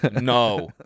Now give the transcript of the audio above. no